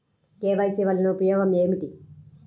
KYC వలన ఉపయోగం ఏమిటీ?